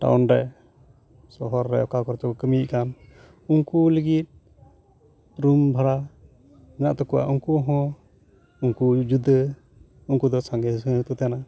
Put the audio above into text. town ᱨᱮ ᱥᱚᱦᱚᱨᱨᱮ ᱚᱠᱟᱠᱚᱨᱮᱪᱚᱠᱚ ᱠᱟᱹᱢᱤᱭᱮᱫ ᱠᱟᱱ ᱩᱱᱠᱩ ᱞᱟᱹᱜᱤᱫ ᱨᱩᱢ ᱵᱷᱟᱲᱟ ᱦᱤᱱᱟ ᱛᱟᱹᱠᱩᱣᱟ ᱩᱱᱠᱩ ᱦᱚ ᱩᱱᱠᱩ ᱡᱩᱫᱟᱹ ᱩᱱᱠᱩ ᱫᱚ ᱥᱟᱝᱜᱮ ᱥᱟᱝᱜᱮ ᱠᱩ ᱛᱮᱦᱮᱱᱟ